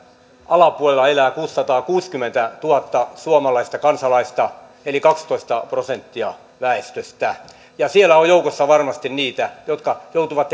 alapuolella elää kuusisataakuusikymmentätuhatta suomalaista kansalaista eli kaksitoista prosenttia väestöstä siellä on joukossa varmasti niitä jotka joutuvat